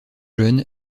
jeune